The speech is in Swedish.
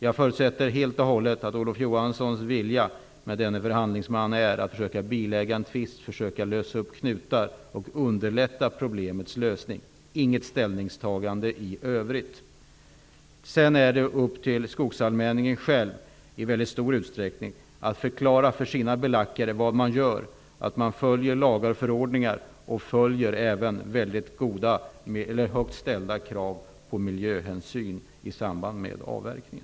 Jag förutsätter oreserverat att Olof Johanssons avsikt med insättandet av förhandlingsmannen är att försöka bilägga en tvist, att lösa upp knutar och underlätta problemets lösning, inte något ställningstagande i övrigt. Därutöver är det i mycket stor utsträckning upp till skogsallmänningen själv att förklara för sina belackare vad man gör, att man följer lagar och förordningar och även tillgodoser högt ställda krav på miljöhänsyn i samband med avverkningen.